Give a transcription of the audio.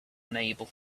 unable